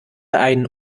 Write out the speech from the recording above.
ein